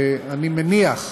אני מניח,